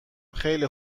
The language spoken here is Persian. خیلی